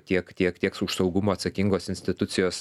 tiek tiek tiek su už saugumą atsakingos institucijos